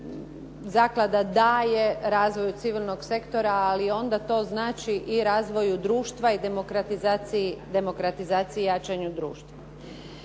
zaklada daje razvoju civilnog sektora ali onda to znači i razvoju društva i demokratizaciji, demokratizaciji, jačanju društva.